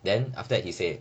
then after that he say